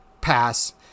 pass